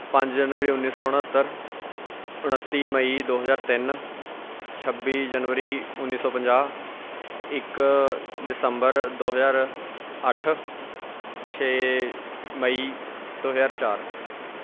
ਪੰਜ ਜਨਵਰੀ ਉੱਨੀ ਸੌ ਉਣਹੱਤਰ ਉਨੱਤੀ ਮਈ ਦੋ ਹਜ਼ਾਰ ਤਿੰਨ ਛੱਬੀ ਜਨਵਰੀ ਉੱਨੀ ਸੌ ਪੰਜਾਹ ਇੱਕ ਦਸੰਬਰ ਦੋ ਹਜ਼ਾਰ ਅੱਠ ਛੇ ਮਈ ਦੋ ਹਜ਼ਾਰ ਚਾਰ